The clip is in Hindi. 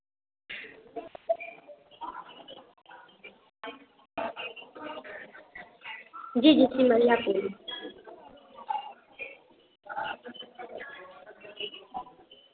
जी जी सिमरिया पुल